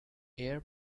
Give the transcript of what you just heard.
air